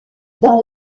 dans